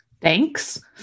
Thanks